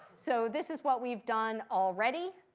so this is what we've done already.